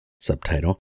subtitle